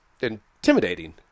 intimidating